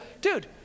dude